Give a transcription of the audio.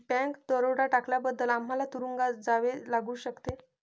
bank दरोडा टाकल्याबद्दल आम्हाला तुरूंगात जावे लागू शकते